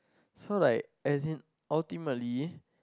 so like as in ultimately